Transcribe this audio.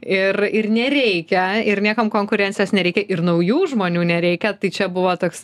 ir ir nereikia ir niekam konkurencijos nereikia ir naujų žmonių nereikia tai čia buvo toks